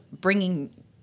bringing